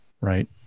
right